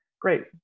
Great